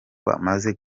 bamaze